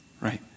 right